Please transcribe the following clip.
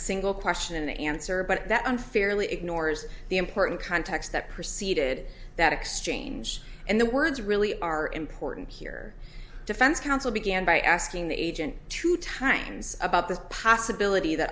single question an answer but that unfairly ignores the important context that preceded that exchange and the words really are important here defense counsel began by asking the agent to times about the possibility that